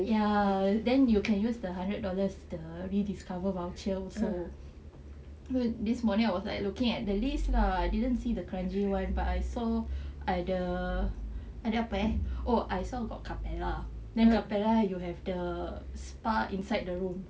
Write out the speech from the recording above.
ya then you can use the hundred dollars the rediscover voucher also but this morning I was like looking at the list lah didn't see the kranji [one] but I saw ada ada apa eh oh I saw got capella then capella you have the spa inside the room